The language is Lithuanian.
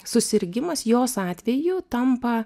susirgimas jos atveju tampa